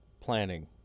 planning